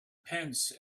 pence